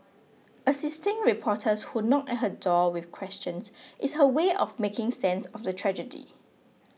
assisting reporters who knock at her door with questions is her way of making sense of the tragedy